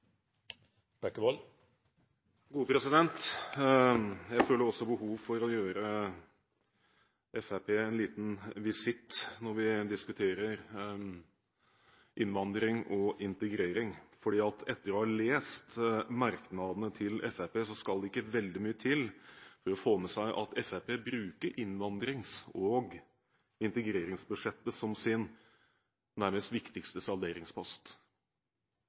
er omme. Jeg føler også behov for å avlegge Fremskrittspartiet en liten visitt når vi diskuterer innvandring og integrering. Etter å ha lest merknadene til Fremskrittspartiet skal det ikke veldig mye til for å få med seg at Fremskrittspartiet bruker innvandrings- og integreringsbudsjettet som sin nærmest viktigste salderingspost.